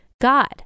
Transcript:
God